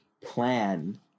plan